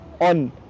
on